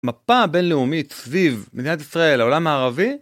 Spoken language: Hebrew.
מפה בינלאומית סביב מדינת ישראל, העולם הערבי.